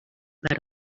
per